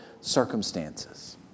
circumstances